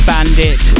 Bandit